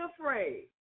afraid